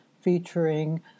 featuring